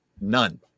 None